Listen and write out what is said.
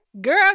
Girl